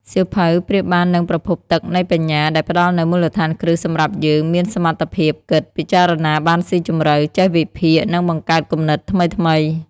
សៀវភៅប្រៀបបាននឹងប្រភពទឹកនៃបញ្ញា ដែលផ្ដល់នូវមូលដ្ឋានគ្រឹះសម្រាប់យើង មានសមត្ថភាពគិត ពិចារណាបានស៊ីជម្រៅ ចេះវិភាគ និងបង្កើតគំនិតថ្មីៗ។